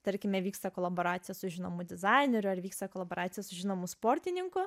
tarkime vyksta kolaboracija su žinomu dizaineriu ar vyksta kolaboracija su žinomu sportininku